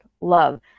love